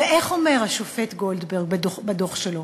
ואיך אומר השופט גולדברג בדוח שלו?